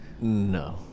No